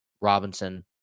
Robinson